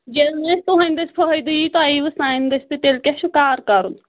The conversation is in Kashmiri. ییٚلہِ نہٕ اَسہِ تُہُندۍ دٔسۍ فٲیدٕ یِیہِ تۄہہِ ییوٕ سانہِ دٔسۍ تہٕ تیٚلہِ کیاہ چھُ کار کَرُن